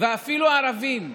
ואפילו ערבים ואמרו: